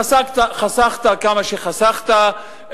חסכת כמה שחסכת,